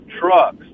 trucks